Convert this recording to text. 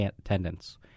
attendance